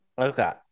Okay